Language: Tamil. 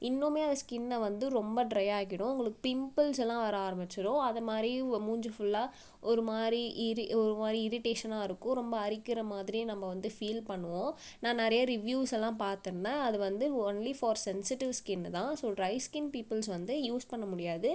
இன்னுமே அது ஸ்கின்னை வந்து ரொம்ப ட்ரை ஆக்கிடும் உங்களுக்கு பிம்பிள்ஸ் எல்லாம் வர ஆரமிச்சிடும் அதை மாதிரி வ மூஞ்சி ஃபுல்லா ஒரு மாதிரி இரி ஒரு மாதிரி இரிட்டேஷனா இருக்கும் ரொம்ப அரிக்கிற மாதிரி நம்ம வந்து ஃபீல் பண்ணுவோம் நான் நிறைய ரிவ்யூஸ் எல்லாம் பார்த்திருந்தேன் அது வந்து ஒன்லி ஃபார் சென்சிட்டிவ் ஸ்கின்னு தான் ஸோ ட்ரை ஸ்கின் பீப்புள்ஸ் வந்து யூஸ் பண்ண முடியாது